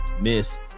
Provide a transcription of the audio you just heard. miss